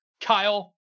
kyle